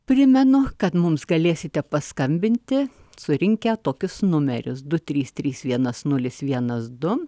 primenu kad mums galėsite paskambinti surinkę tokius numerius du trys trys vienas nulis vienas du